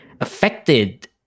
affected